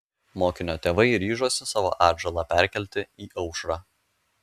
mokinio tėvai ryžosi savo atžalą perkelti į aušrą